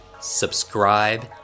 subscribe